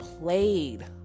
played